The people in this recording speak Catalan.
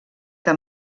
que